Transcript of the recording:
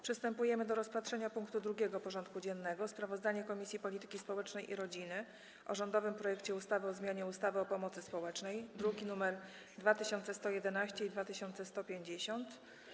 Przystępujemy do rozpatrzenia punktu 2. porządku dziennego: Sprawozdanie Komisji Polityki Społecznej i Rodziny o rządowym projekcie ustawy o zmianie ustawy o pomocy społecznej (druki nr 2111 i 2150)